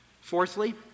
Fourthly